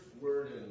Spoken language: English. word